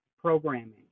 programming